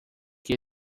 que